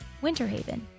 Winterhaven